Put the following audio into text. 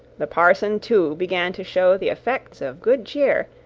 the parson, too, began to show the effects of good cheer,